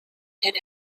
that